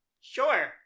Sure